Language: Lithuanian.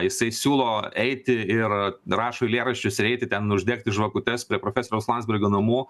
jisai siūlo eiti ir rašo eilėraščius ir eiti ten uždegti žvakutes prie profesoriaus landsbergio namų